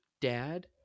dad